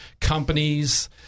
companies